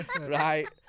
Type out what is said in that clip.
Right